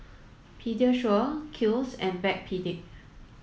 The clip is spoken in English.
Pediasure Kiehl's and Backpedic